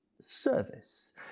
service